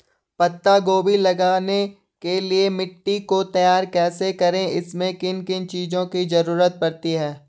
पत्ता गोभी लगाने के लिए मिट्टी को तैयार कैसे करें इसमें किन किन चीज़ों की जरूरत पड़ती है?